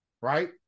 right